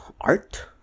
art